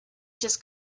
just